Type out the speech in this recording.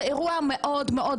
זה אירוע דרמטי,